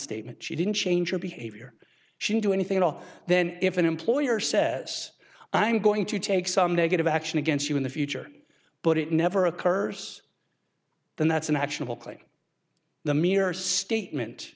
statement she didn't change her behavior she'd do anything at all then if an employer says i'm going to take some negative action against you in the future but it never occurs then that's an actionable clik the mere statement